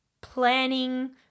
planning